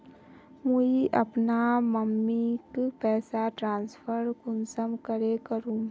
मुई अपना मम्मीक पैसा ट्रांसफर कुंसम करे करूम?